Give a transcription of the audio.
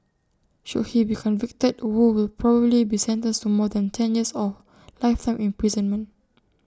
should he be convicted wu will probably be sentenced to more than ten years or lifetime imprisonment